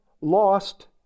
lost